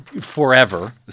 forever